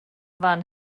fan